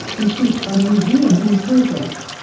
conceived by museum in progress.